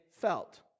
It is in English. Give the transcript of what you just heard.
felt